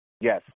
yes